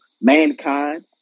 mankind